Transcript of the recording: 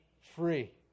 free